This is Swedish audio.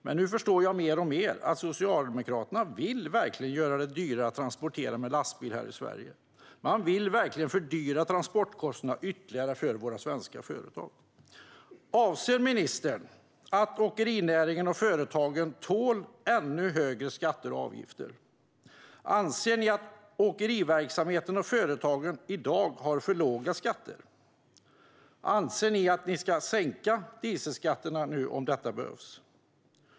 Men nu förstår jag mer och mer att Socialdemokraterna verkligen vill göra det dyrare att transportera med lastbil här i Sverige. Man vill verkligen fördyra transporterna ytterligare för våra svenska företag. Anser ministern att åkerinäringen och företagen tål ännu högre skatter och avgifter? Anser ni att åkeriverksamheten och företagen har för låga skatter i dag? Anser ni att dieselskatterna ska sänkas om det behövs?